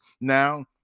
Now